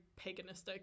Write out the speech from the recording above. paganistic